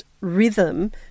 rhythm